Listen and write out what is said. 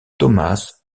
thomas